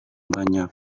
banyak